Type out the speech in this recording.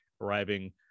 arriving